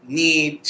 need